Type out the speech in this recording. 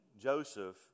Joseph